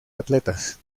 atletas